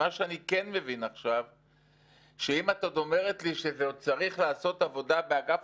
מה שאני כן מבין עכשיו זה שאת עוד אומרת לי שעוד צריך לעשות עבודה באגף